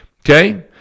okay